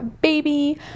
baby